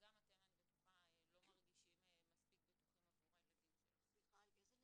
ואני בטוחה שגם אתם לא מרגישים מספיק בטוחים עבור הילדים שלכם.